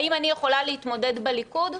האם אני יכולה להתמודד בליכוד?